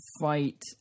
fight